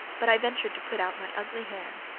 but i ventured to put out my ugly hand.